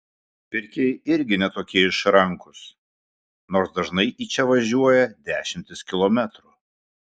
pirkėjai irgi ne tokie išrankūs nors dažnai į čia važiuoja dešimtis kilometrų